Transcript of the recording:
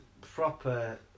proper